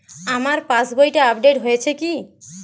আমার পাশবইটা আপডেট হয়েছে কি?